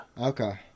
Okay